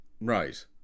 Right